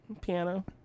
piano